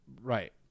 Right